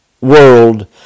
world